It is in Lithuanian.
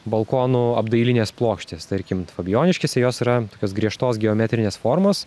balkonų apdailinės plokštės tarkim fabijoniškėse jos yra tokios griežtos geometrinės formos